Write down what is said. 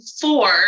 four